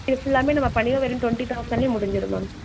இது ஃபுல்லாவுமே நம்ம பண்ணின்னா வெறும் ட்வெண்ட்டி தௌசண்ட்லயே முடிஞ்சுரும் மேம்